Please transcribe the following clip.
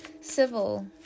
civil